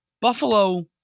Buffalo